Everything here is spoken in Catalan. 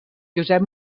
josep